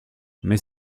mais